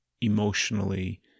emotionally